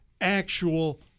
actual